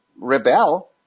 rebel